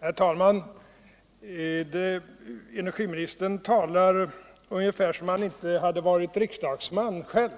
Herr talman! Energiministern talar ungefär som om han inte hade varit riksdagsman själv.